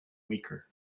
weaker